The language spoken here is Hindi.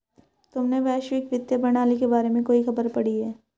तुमने वैश्विक वित्तीय प्रणाली के बारे में कोई खबर पढ़ी है?